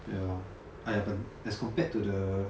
ya !aiya! but as compared to the